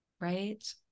right